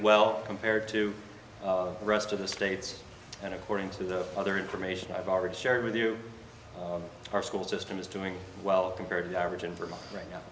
well compared to rest of the states and according to the other information i've already shared with you our school system is doing well compared to the average in vermont right